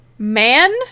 Man